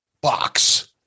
box